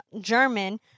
German